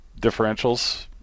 differentials